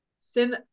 Sin